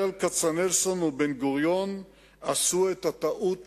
"ברל כצנלסון ובן-גוריון עשו את הטעות